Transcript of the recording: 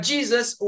Jesus